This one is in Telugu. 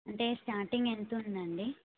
అంటే స్టార్టింగ్ ఎంత ఉందండి